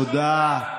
תודה.